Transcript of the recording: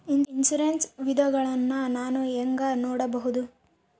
Insurance ವಿಧಗಳನ್ನ ನಾನು ಹೆಂಗ ನೋಡಬಹುದು?